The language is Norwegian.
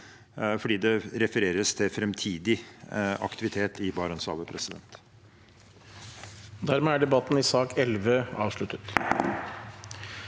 fordi det refereres til framtidig aktivitet i Barentshavet. Presidenten